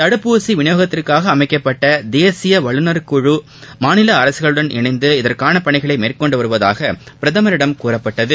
தடுப்பூசி விநியோகத்திற்காக அமைக்கப்பட்ட தேசிய வல்லுநர் குழு மாநில அரசுகளுடன் இணைந்து இதற்கான பணிகளை மேற்கொண்டு வருவதாக பிரதமரிடம் கூறப்பட்டது